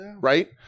right